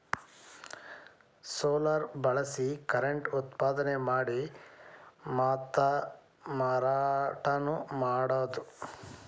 solar ಬಳಸಿ current ಉತ್ಪಾದನೆ ಮಾಡಿ ಮಾತಾ ಮಾರಾಟಾನು ಮಾಡುದು